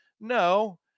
No